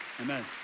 Amen